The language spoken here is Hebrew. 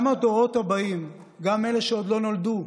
גם הדורות הבאים, גם אלה שעוד לא נולדו,